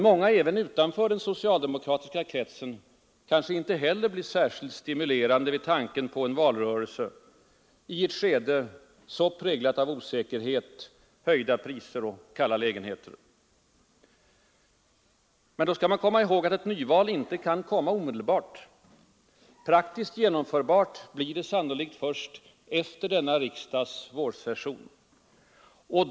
Många även utanför den socialdemokratiska kretsen kanske inte heller blir stimulerade vid tanken på en valrörelse i ett skede så präglat av osäkerhet, höjda priser och kalla lägenheter. Men ett nyval kan självfallet inte komma omedelbart. Praktiskt genom förbart blir det sannolikt först efter denna riksdags vårsession.